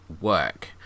work